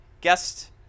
guest